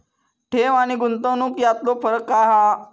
ठेव आनी गुंतवणूक यातलो फरक काय हा?